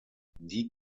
die